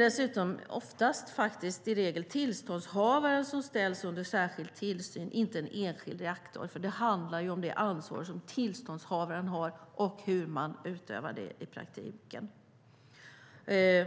Dessutom är det oftast i regel tillståndshavaren som ställs under särskild tillsyn, inte en enskild reaktor. Det handlar ju om det ansvar som tillståndshavaren har och hur det utövas i praktiken. De